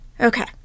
Okay